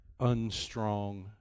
unstrong